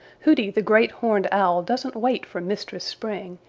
hooty the great horned owl doesn't wait for mistress spring.